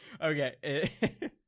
Okay